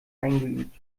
eingeübt